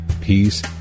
peace